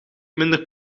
minder